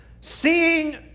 Seeing